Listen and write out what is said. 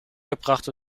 gebracht